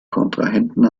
kontrahenten